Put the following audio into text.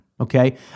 okay